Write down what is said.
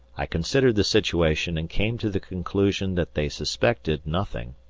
i considered the situation, and came to the conclusion that they suspected nothing,